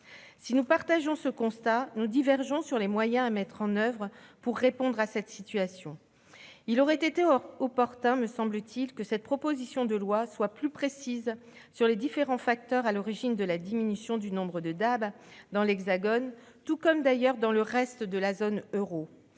Si nous partageons ce constat, nous divergeons sur les moyens à mettre en oeuvre pour répondre à cette question. Il aurait été opportun, me semble-t-il, que cette proposition de loi soit plus précise sur les différentes causes à l'origine de la diminution du nombre de DAB dans l'Hexagone ainsi, d'ailleurs, que dans le reste de la zone euro.